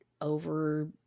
over